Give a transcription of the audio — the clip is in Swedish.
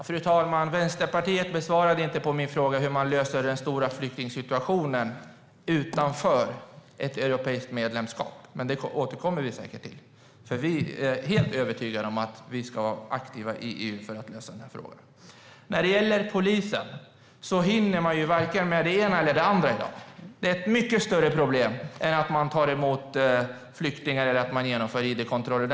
Fru talman! Vänsterpartiet besvarade inte min fråga om hur den stora flyktingsituationen ska lösas om Sverige skulle befinna sig utanför ett europeiskt medlemskap. Men vi återkommer säkert till den frågan. Liberalerna är helt övertygade om att Sverige ska agera aktivt i EU för att lösa frågan. Polisen hinner inte med vare sig det ena eller det andra i dag. Det är ett mycket större problem än att ta emot flyktingar eller genomföra id-kontroller.